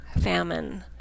famine